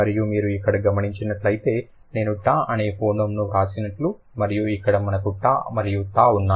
మరియు మీరు ఇక్కడ గమనించినట్లయితే నేను టా అనే ఫోనోమ్ ని వ్రాసినట్లు మరియు ఇక్కడ మనకు టా మరియు థ ఉన్నాయి